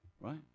right